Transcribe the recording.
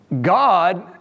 God